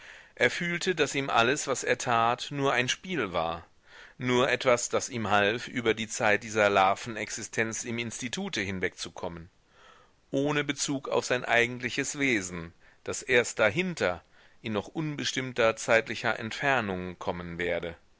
er fühlte daß ihm alles was er tat nur ein spiel war nur etwas das ihm half über die zeit dieser larvenexistenz im institute hinwegzukommen ohne bezug auf sein eigentliches wesen das erst dahinter in noch unbestimmter zeitlicher entfernung kommen werde